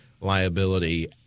liability